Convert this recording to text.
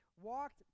walked